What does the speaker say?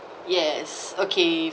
yes okay